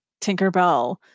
Tinkerbell